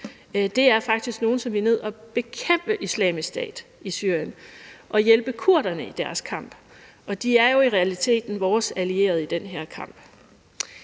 ud, er faktisk nogen, som vil ned og bekæmpe Islamisk Stat i Syrien og hjælpe kurderne i deres kamp, og de er jo i realiteten vores allierede i den her kamp.